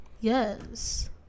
Yes